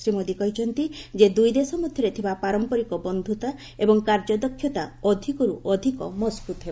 ଶ୍ରୀ ମୋଦୀ କହିଛନ୍ତି ଯେ ଦୁଇ ଦେଶ ମଧ୍ୟରେ ଥିବା ପାରମ୍ପାରିକ ବନ୍ଧୁତା ଏବଂ କାର୍ଯ୍ୟଦକ୍ଷତା ଅଧିକରୁ ଅଧିକ ମଜବୁତ୍ ହେବ